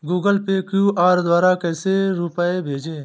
Google Pay QR द्वारा कैसे रूपए भेजें?